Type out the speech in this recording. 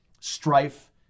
strife